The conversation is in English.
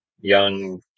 young